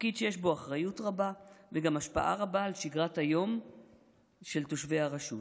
תפקיד שיש בו אחריות רבה וגם השפעה רבה על שגרת היום של תושבי הרשות.